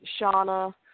shauna